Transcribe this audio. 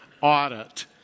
audit